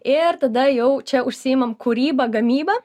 ir tada jau čia užsiimam kūryba gamyba